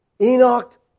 Enoch